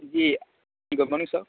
جی good morning سر